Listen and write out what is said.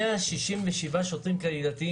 הכשירו 167 שוטרים קהילתיים,